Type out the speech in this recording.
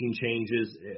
changes